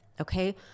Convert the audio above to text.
okay